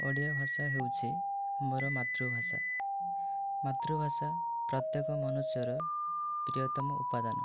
ଓଡ଼ିଆ ଭାଷା ହେଉଛି ମୋର ମାତୃଭାଷା ମାତୃଭାଷା ପ୍ରତ୍ୟେକ ମନୁଷ୍ୟର ପ୍ରିୟତମ ଉପାଦାନ